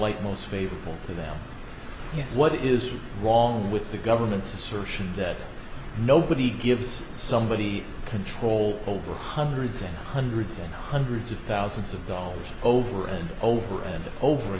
light most favorable to them yes what is wrong with the government's assertion that nobody gives somebody control over hundreds and hundreds and hundreds of thousands of dollars over and over and over